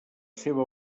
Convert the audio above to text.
seva